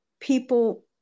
people